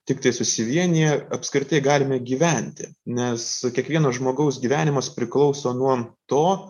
tiktai susivieniję apskritai galime gyventi nes kiekvieno žmogaus gyvenimas priklauso nuo to